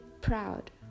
proud